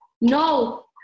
no